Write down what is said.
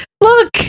Look